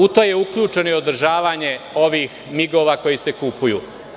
U to je uključeno i održavanje ovih migova koji se kupuju.